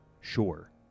sure